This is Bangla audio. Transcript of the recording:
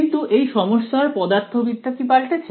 কিন্তু এই সমস্যার পদার্থবিদ্যা কি পাল্টেছে